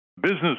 Business